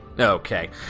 Okay